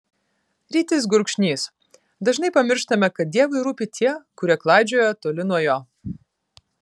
rytis gurkšnys dažnai pamirštame kad dievui rūpi tie kurie klaidžioja toli nuo jo